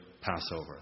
Passover